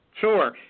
Sure